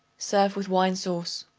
serve with wine sauce.